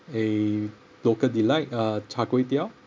a local delight uh char-kway-teow